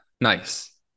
Nice